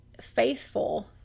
faithful